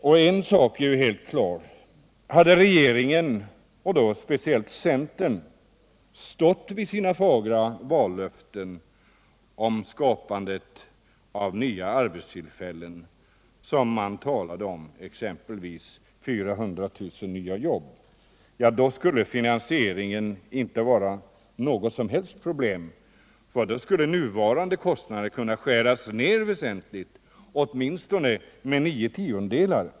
Och en sak är helt klar: hade regeringen — och då särskilt centern — stått fast vid sina fagra vallöften om skapande av nya arbetstillfällen, exempelvis om 400 000 nya jobb, ja, då skulle finanseringen inte vara något problem. Då skulle nuvarande kostnader kunna skäras ned väsentligt, åtminstone med nio tiondelar.